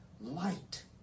light